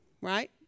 right